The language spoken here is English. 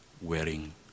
wearing